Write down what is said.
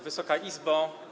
Wysoka Izbo!